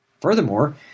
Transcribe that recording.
Furthermore